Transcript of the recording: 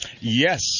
Yes